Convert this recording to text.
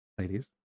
Ladies